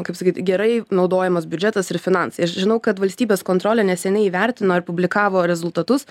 kaip sakyt gerai naudojamas biudžetas ir finansai aš žinau kad valstybės kontrolė neseniai įvertino ir publikavo rezultatus